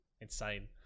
insane